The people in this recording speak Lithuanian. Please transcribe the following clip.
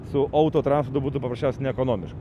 su auto transportu būtų paprasčiausia neekonomiška